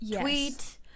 tweet